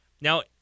Now